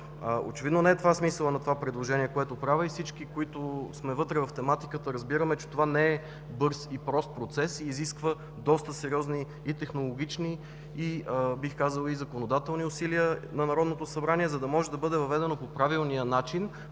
Очевидно не е това смисълът на предложението, което правя, и всички, които сме вътре в тематиката, разбираме, че това не е бърз и прост процес и изисква доста сериозни и технологични, бих казал, и законодателни усилия на Народното събрание, за да може да бъде въведено по правилния начин